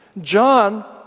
John